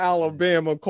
Alabama